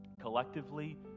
Collectively